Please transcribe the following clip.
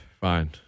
fine